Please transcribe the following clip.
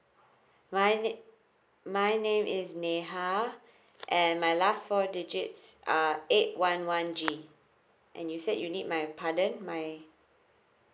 my name my name is neha and my last four digits are eight one one G and you said you need my pardon my